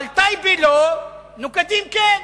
אבל, טייבה, לא, ונוקדים, כן.